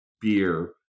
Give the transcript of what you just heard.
beer